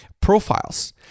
profiles